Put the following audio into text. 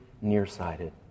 nearsighted